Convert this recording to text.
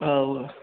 औ